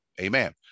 Amen